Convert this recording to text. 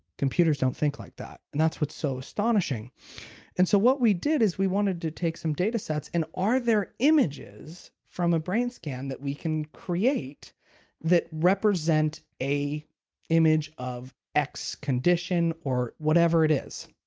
computers don't think like that and that's what's so astonishing and so what we did is we wanted to take some data sets and are there images from a brain scan that we can create that represent an image of x condition or whatever it is.